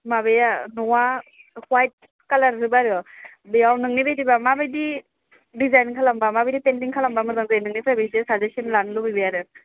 माबाया न'आ वाइट कालारजोब आरो बेयाव नोंनि बायदिबा माबायदि डिजाइन खालामोबा माबायदि पेइन्टिं खालामोबा मोजां जायो नोंनिफ्रायबो इसे साजेसन लानो लुबैबाय आरो